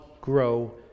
grow